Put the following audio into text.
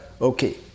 okay